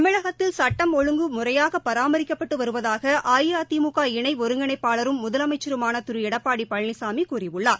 தமிழகத்தில் சட்டம் ஒழுங்கு முறையாக பராமிக்கப்பட்டு வருவதாக அஇஅதிமுக இணை ஒருங்கிணைப்பாளரும் முதலமைச்சருமான திரு எடப்பாடி பழனிசாமி கூறியுள்ளார்